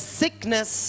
sickness